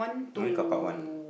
don't have carpark one